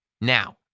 Now